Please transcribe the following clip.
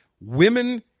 Women